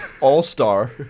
all-star